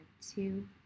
Two